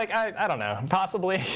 i don't know. possibly.